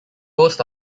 host